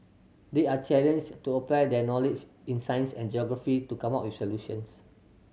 they are challenged to apply their knowledge in science and geography to come up with solutions